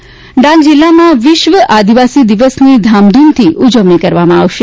આદિવાસી દિવસ ડાંગ જીલ્લામાં વિશ્વ આદિવાસી દિવસની ધામધુમથી ઉજવણી કરવામાં આવશે